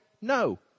No